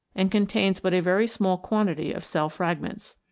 and contains but a very small quantity of cell frag ments.